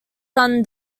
son